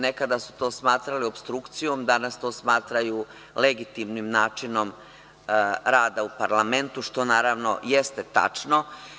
Nekada su to smatrali opstrukcijom, danas to smatraju legitimnim načinom rada u parlamentu, što naravno jeste tačno.